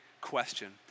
question